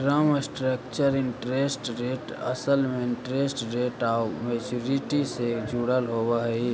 term structure interest rate असल में interest rate आउ मैच्योरिटी से जुड़ल होवऽ हई